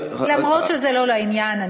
אף שזה לא לעניין,